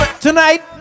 Tonight